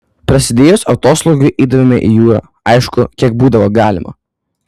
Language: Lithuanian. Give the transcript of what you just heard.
prasidėjus atoslūgiui eidavome į jūrą aišku kiek būdavo galima